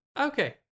okay